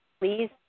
Please